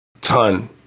ton